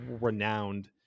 renowned